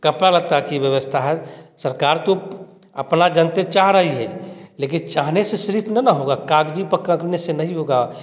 कपड़ा लत्ता की व्यवस्था है सरकार तो अपना जनती तो चाह रही है लेकिन चाहने से सिर्फ न ना होगा कागजी पकड़ने से नहीं होगा